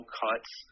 cuts